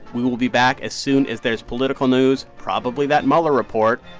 we will be back as soon as there's political news probably that mueller report.